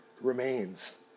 remains